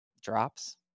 drops